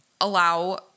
allow